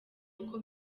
uko